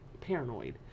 paranoid